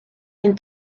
den